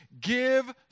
give